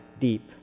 deep